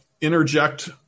interject